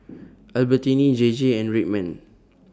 Albertini J J and Red Man